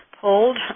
pulled